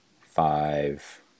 five